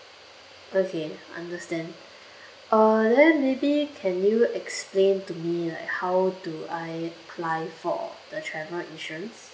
okay understand uh then maybe can you explain to me like how do I apply for the travel insurance